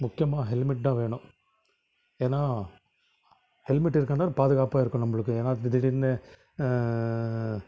முக்கியமாக ஹெல்மெட் தான் வேணும் ஏன்னால் ஹெல்மெட் இருக்காந்தா பாதுகாப்பாக இருக்கும் நம்பளுக்கு ஏன்னால் திடீர் திடீர்னு